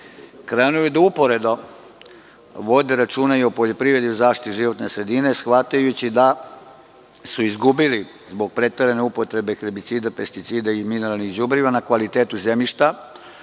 krenuli da uporedo vode računa i o poljoprivredi i o zaštiti životne sredine, shvatajući da su izgubili zbog preterane upotrebe herbicida, pesticida i mineralnih đubriva na kvalitetu zemljišta.